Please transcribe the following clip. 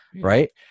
right